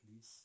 please